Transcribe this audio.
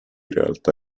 realtà